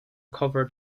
cover